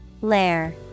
Lair